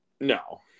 No